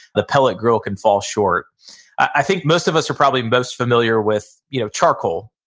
the pellet grill can fall short i think most of us are probably most familiar with you know charcoal,